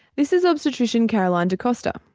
this is obstetrician caroline de costa.